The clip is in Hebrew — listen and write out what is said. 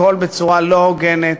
הכול בצורה לא הוגנת,